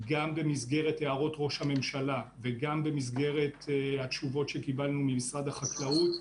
גם במסגרת הערות ראש הממשלה וגם במסגרת התשובות שקיבלנו ממשרד החקלאות,